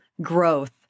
growth